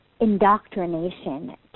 indoctrination